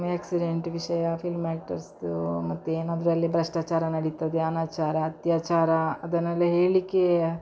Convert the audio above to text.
accident ವಿಷಯ film ಆ್ಯಕ್ಟರ್ಸ್ದು ಮತ್ತು ಏನಾದರಲ್ಲಿ ಭ್ರಷ್ಟಾಚಾರ ನಡೀತದೆ ಅನಾಚಾರ ಅತ್ಯಾಚಾರ ಅದನ್ನೆಲ್ಲ ಹೇಳ್ಲಿಕ್ಕೆ